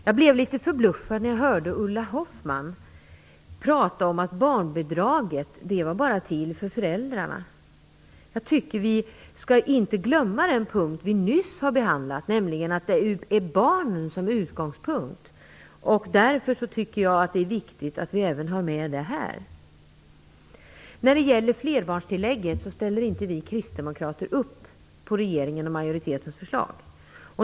Jag blev litet förbluffad när jag hörde Ulla Hoffmann prata om att barnbidraget bara var till för föräldrarna. Jag tycker inte att vi skall glömma den punkt vi nyss har behandlat, nämligen att det är barnen som är utgångspunkten. Därför tycker jag att det är viktigt att vi även har med det här. När det gäller flerbarnstillägget ställer inte vi kristdemokrater upp på regeringens och majoritetens förslag.